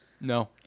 No